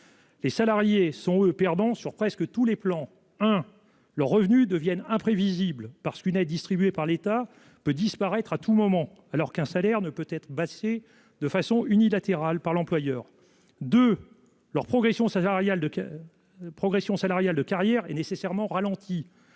Les salariés sont, eux, perdants sur presque tous les plans. Leurs revenus deviennent imprévisibles. D'abord, une aide distribuée par l'État peut disparaître à tout moment, alors qu'un salaire ne peut être baissé de façon unilatérale par l'employeur. Ensuite, leur progression salariale de carrière est nécessairement ralentie.